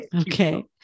okay